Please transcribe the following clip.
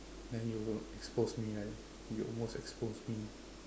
then you will expose me right you almost expose me